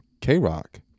k-rock